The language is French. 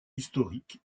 historique